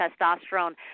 testosterone